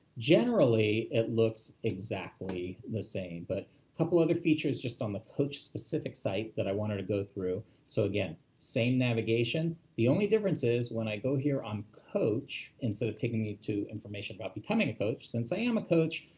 generally, it looks exactly the same, but couple other features just on the coach-specific site that i wanted to go through. so again, same navigation, the only difference is when i go here on coach, instead of taking me to information about becoming a coach, since i am a coach,